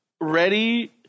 ready